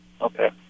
okay